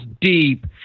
deep